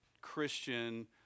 Christian